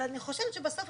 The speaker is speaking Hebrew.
אבל אני חושבת שבסוף,